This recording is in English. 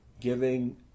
giving